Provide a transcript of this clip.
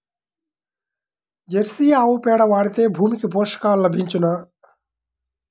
Jersey ఆవు పేడ వాడితే భూమికి పోషకాలు లభించునా?